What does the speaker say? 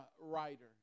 Writer